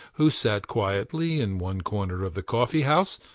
who sat quietly in one corner of the coffee-house,